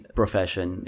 profession